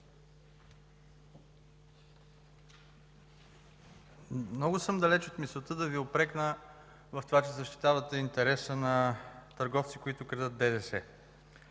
Много съм далеч от мисълта да Ви упрекна в това, че защитавате интереса на търговци, които крадат ДДС,